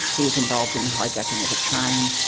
he was involved in the hijacking of a train,